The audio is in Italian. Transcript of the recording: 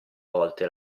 volte